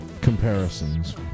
comparisons